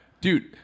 Dude